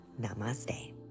Namaste